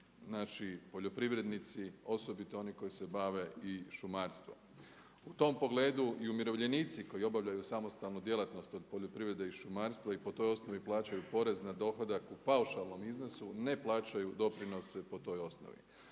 znači poljoprivrednici, osobito oni koji se bave i šumarstvom. U tom pogledu i umirovljenici koji obavljaju samostalnu djelatnost od poljoprivrede i šumarstva i po toj osnovi plaćaju porez na dohodak u paušalnom iznosu ne plaćaju doprinose po toj osnovi.